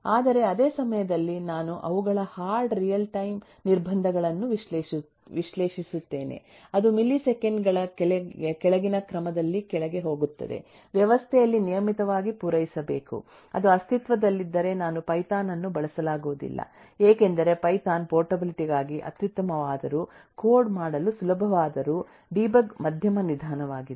ಆದರೆ ಅದೇ ಸಮಯದಲ್ಲಿ ನಾನು ಅವುಗಳ ಹಾರ್ಡ್ ರಿಯಲ್ ಟೈಮ್ ನಿರ್ಬಂಧಗಳನ್ನು ವಿಶ್ಲೇಷಿಸುತ್ತೇನೆ ಅದು ಮಿಲಿಸೆಕೆಂಡು ಗಳ ಕೆಳಗಿನ ಕ್ರಮದಲ್ಲಿ ಕೆಳಗೆ ಹೋಗುತ್ತದೆ ವ್ಯವಸ್ಥೆಯಲ್ಲಿ ನಿಯಮಿತವಾಗಿ ಪೂರೈಸಬೇಕು ಅದು ಅಸ್ತಿತ್ವದಲ್ಲಿದ್ದರೆ ನಾನು ಪೈಥಾನ್ ಅನ್ನು ಬಳಸಲಾಗುವುದಿಲ್ಲ ಏಕೆಂದರೆ ಪೈಥಾನ್ ಪೋರ್ಟಬಿಲಿಟಿ ಗಾಗಿ ಅತ್ಯುತ್ತಮವಾದರೂ ಕೋಡ್ ಮಾಡಲು ಸುಲಭವಾದರೂ ಡೀಬಗ್ ಮಧ್ಯಮ ನಿಧಾನವಾಗಿದೆ